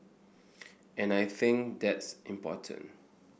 and I think that's important